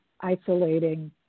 isolating